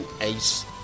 Ace